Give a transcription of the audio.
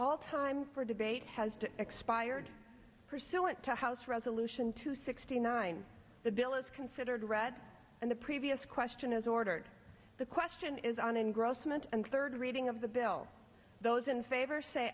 all time for debate has to expired pursuant to house resolution two sixty nine the bill is considered read and the previous question is ordered the question is on engrossment and third reading of the bill those in favor say